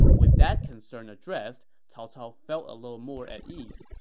with that concern addressed, cao cao felt a little more at ease,